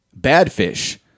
Badfish